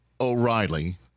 O'Reilly